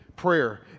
Prayer